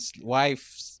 wife